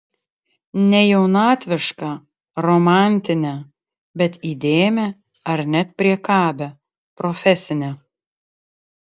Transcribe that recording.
ne jaunatvišką romantinę bet įdėmią ar net priekabią profesinę